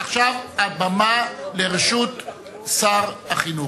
עכשיו הבמה לרשות שר החינוך.